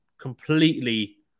completely